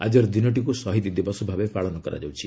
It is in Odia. ଆଜିର ଦିନଟିକୁ ଶହିଦ ଦିବସ ଭାବେ ପାଳନ କରାଯାଉଛି